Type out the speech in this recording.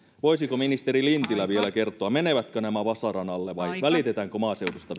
voisiko ministeri lintilä vielä kertoa menevätkö nämä vasaran alle vai välitetäänkö maaseudusta